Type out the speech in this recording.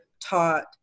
taught